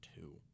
two